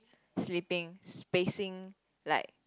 sleeping spacing like